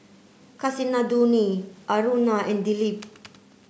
Kasinadhuni Aruna and Dilip